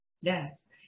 Yes